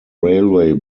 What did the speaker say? railway